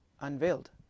unveiled